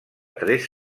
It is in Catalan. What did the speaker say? tres